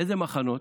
אילו מחנות?